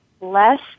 less